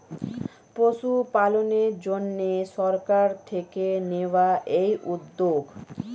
পশুপালনের জন্যে সরকার থেকে নেওয়া এই উদ্যোগ